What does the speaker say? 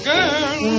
Girl